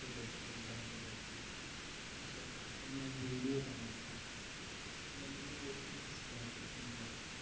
سورج کے بادلوں کے اُس وقت اکثر میں ویڈیو بناتا ہوں اِس لیے مجھے وہ چیز بہت پسند ہے